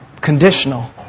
conditional